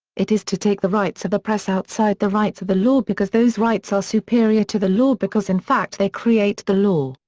it is to take the rights of the press outside the rights of the law because those rights are superior to the law because in fact they create the law.